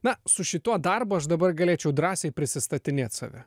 na su šituo darbu aš dabar galėčiau drąsiai prisistatinėt save